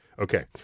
Okay